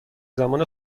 زمان